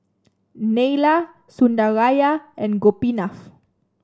Neila Sundaraiah and Gopinath